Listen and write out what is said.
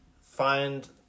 find